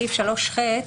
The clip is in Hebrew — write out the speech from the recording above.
סעיף 3ח,